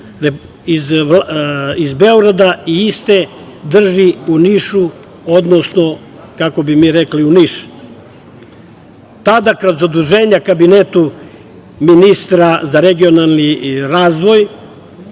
iz Beograda i iste drži u Nišu, odnosno, kako bi mi rekli, u Niš. Tada su, kao zaduženje ministra za regionalni razvoj,